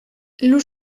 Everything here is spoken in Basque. lur